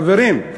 חברים,